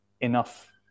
enough